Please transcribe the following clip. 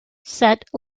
set